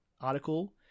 article